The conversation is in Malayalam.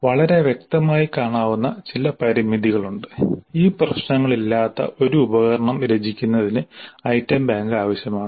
വളരെ വ്യക്തമായി കാണാവുന്ന ചില പരിമിതികളുണ്ട് ഈ പ്രശ്നങ്ങളില്ലാത്ത ഒരു ഉപകരണം രചിക്കുന്നതിന് ഐറ്റം ബാങ്ക് ആവശ്യമാണ്